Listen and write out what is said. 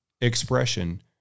expression